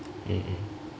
mm